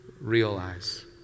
realize